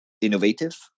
innovative